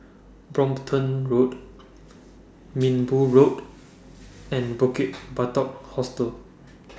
Brompton Road Minbu Road and Bukit Batok Hostel